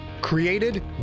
created